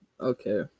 Okay